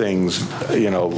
things you know